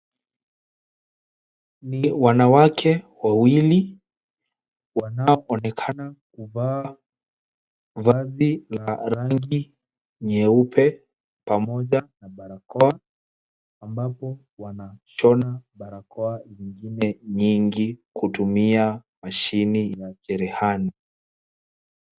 Ni wanawake wawili wanaoonekana kuvaa vazi la rangi nyeupe pamoja na barakoa ambapo wanashona barakoa zingine nyingi kutumia mashini ya cherehani.